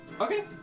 Okay